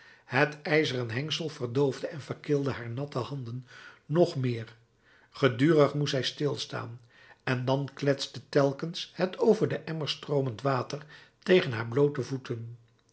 het ijzeren hengsel verdoofde en verkilde haar natte handen nog meer gedurig moest zij stilstaan en dan kletste telkens het over den emmer stroomend water tegen haar bloote voeten